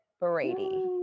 Brady